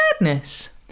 madness